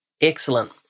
Excellent